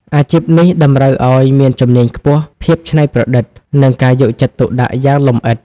អាជីពនេះតម្រូវឱ្យមានជំនាញខ្ពស់ ភាពច្នៃប្រឌិត និងការយកចិត្តទុកដាក់យ៉ាងលម្អិត។